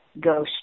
go